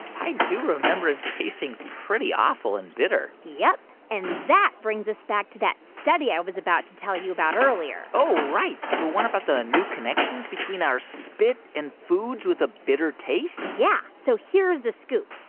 i do remember it tasting pretty awful and bitter yup. and that brings us back to that study i was about to tell you about earlier oh, right. the one about the new connections between our spit and foods with a bitter taste? yeah. so here's the scoop.